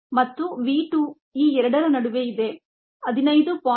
ಮತ್ತು v 2 ಈ ಎರಡರ ನಡುವೆ ಇದೆ 15